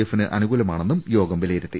എഫിന് അനുകൂലമാണെന്ന് യോഗം വിലയിരുത്തി